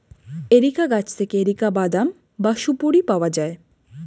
areca গাছ থেকে areca বাদাম বা সুপোরি পাওয়া যায়